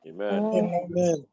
Amen